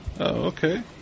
okay